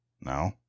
No